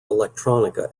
electronica